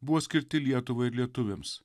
buvo skirti lietuvai lietuviams